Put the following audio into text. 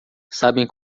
sabem